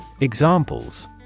Examples